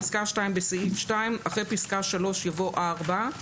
פסקה (2) בסעיף (2) "אחרי פסקה (3) יבוא (4)".